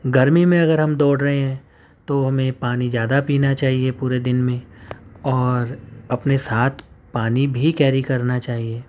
گرمی میں اگر ہم دوڑ رہے ہیں تو ہمیں پانی زیادہ پینا چاہیے پورے دن میں اور اپنے ساتھ پانی بھی کیری کرنا چاہیے